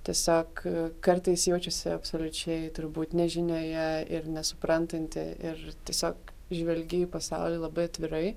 tiesiog kartais jaučiasi absoliučiai turbūt nežinioje ir nesuprantanti ir tiesiog žvelgi į pasaulį labai atvirai